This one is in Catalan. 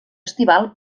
estival